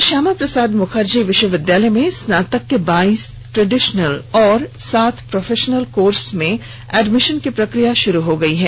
डॉ श्यामा प्रसाद मुखर्जी विश्वविद्यालय में स्नातक के बाईस ट्रेडिशनल और सात प्रोफेशनल कोर्स में एडमिशन की प्रक्रिया शुरू हो गई है